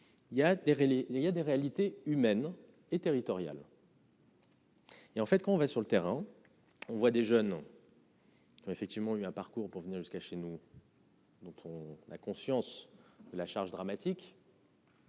il y a des réalités humaines et territoriales. Et en fait quand on va sur le terrain, on voit des jeunes. Effectivement eu un parcours pour venir jusqu'à chez nous. Donc on la conscience la charge dramatique.